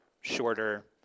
shorter